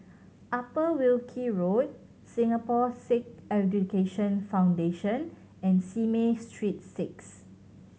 Upper Wilkie Road Singapore Sikh Education Foundation and Simei Street Six